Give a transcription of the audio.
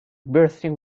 bursting